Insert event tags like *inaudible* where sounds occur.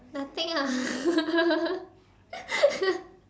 nothing ah *laughs*